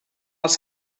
els